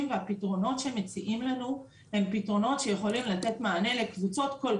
והפתרונות שמציעים לנו הם פתרונות שיכולים לתת מענה לקבוצות כל